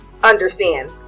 Understand